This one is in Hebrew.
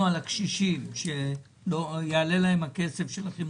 על הקשישים ועל זה שלא יעלה להם מחיר החימום.